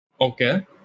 Okay